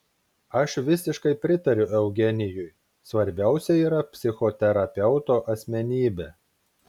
aš visiškai pritariu eugenijui svarbiausia yra psichoterapeuto asmenybė